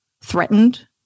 threatened